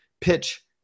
pitch